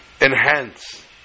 enhance